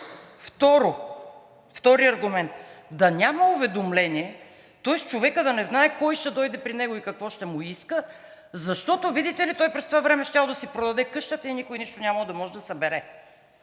Втори аргумент – да няма уведомление, тоест човекът да не знае кой ще дойде при него и какво ще му иска, защото, видите ли, той през това време щял да си продаде къщата и никой нищо нямало да може да събере.